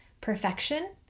perfection